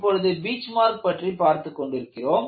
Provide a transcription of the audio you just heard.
இப்பொழுது பீச்மார்க் பற்றி பார்த்துக் கொண்டிருக்கிறோம்